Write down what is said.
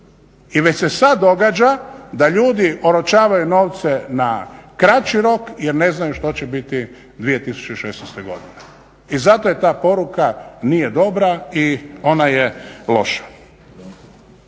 I već se sad događa da ljudi oročavaju novce na kraći rok jer ne znaju što će biti 2016. godine. I zato ta poruka nije dobra i ona je loša.